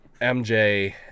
MJ